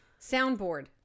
Soundboard